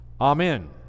amen